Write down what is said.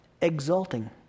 Exulting